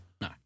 No